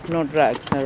no drugs